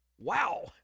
Wow